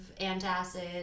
antacid